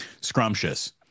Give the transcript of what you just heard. Scrumptious